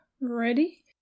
ready